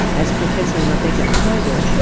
as professor rebecca probert,